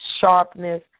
sharpness